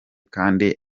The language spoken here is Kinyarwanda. kandi